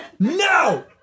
No